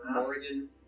Oregon